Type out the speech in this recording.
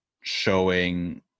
showing